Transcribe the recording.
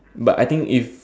but I think if